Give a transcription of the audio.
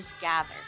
gather